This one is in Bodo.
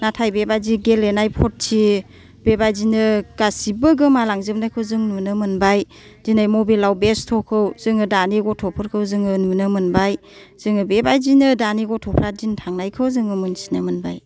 नाथाय बेबादि गेलेनाय पर्थि बेबादिनो गासिबो गोमा लांजोबनायखौ जों नुनो मोनबाय दिनै मबेलाव बेस्थ'खौ जोङो दानि गथ'फोरखौ जाेङाे नुनो मोनबाय जोङो बेबादिनो दानि गथ'फ्रा दिन थांनायखौ जोङाे मोन्थिनो मोनबाय